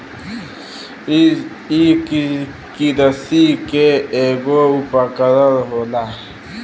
इ किरसी के ऐगो उपकरण होला